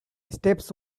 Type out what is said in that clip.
steps